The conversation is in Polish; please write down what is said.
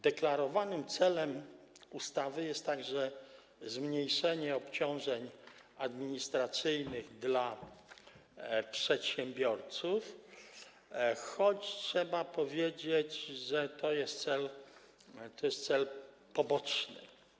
Deklarowanym celem ustawy jest także zmniejszenie obciążeń administracyjnych dla przedsiębiorców, choć trzeba powiedzieć, że to jest cel poboczny.